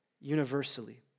universally